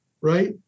right